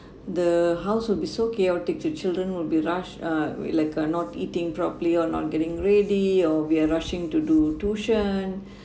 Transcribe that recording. the house will be so chaotic the children will be rush uh with like uh not eating properly or not getting ready or we are rushing to do tuition